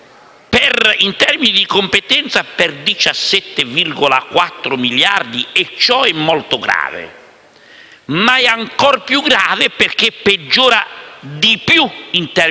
in termini di competenza per 17,4 miliardi e ciò è molto grave, ma è ancora più grave perché peggiora di più in termini di cassa